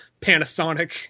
Panasonic